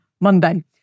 Monday